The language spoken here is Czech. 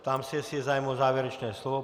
Ptám se, jestli je zájem o závěrečné slovo.